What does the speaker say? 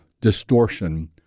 distortion